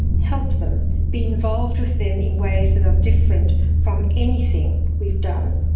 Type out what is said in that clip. help them, be involved with them in ways that are different from anything we've done.